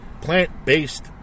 plant-based